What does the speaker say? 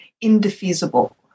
indefeasible